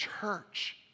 Church